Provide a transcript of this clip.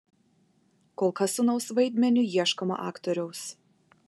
kol kas sūnaus vaidmeniui ieškoma aktoriaus